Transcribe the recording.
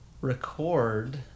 record